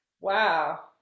Wow